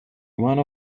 one